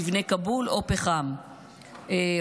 לבני כבול או פחם למשל,